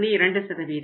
2 சதவீதம்